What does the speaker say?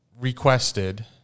requested